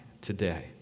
today